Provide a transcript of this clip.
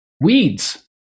weeds